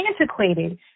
antiquated